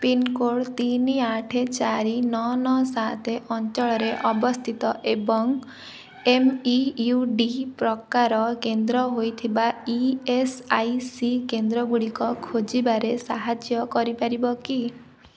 pin code ତିନି ଆଠ ଚାରି ନଅ ନଅ ସାତ ଅଞ୍ଚଳରେ ଅବସ୍ଥିତ ଏବଂ ଏମ୍ ଇ ୟୁ ଡି ପ୍ରକାର କେନ୍ଦ୍ର ହୋଇଥିବା ଇ ଏସ୍ ଆଇ ସି କେନ୍ଦ୍ର ଗୁଡ଼ିକ ଖୋଜିବାରେ ସାହାଯ୍ୟ କରିପାରିବ କି